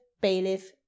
bailiff